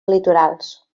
litorals